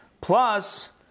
plus